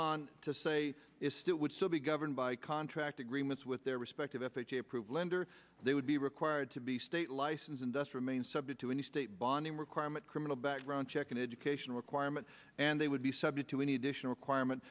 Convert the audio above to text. on to say is still would still be governed by contract agreements with their respective f h a approved lender they would be required to be state license and thus remain subject to any state binding requirement criminal background check and education requirement and they would be subject to any additional